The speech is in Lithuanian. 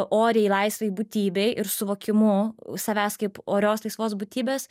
oriai laisvai būtybei ir suvokimu savęs kaip orios laisvos būtybės